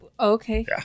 Okay